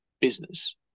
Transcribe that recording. business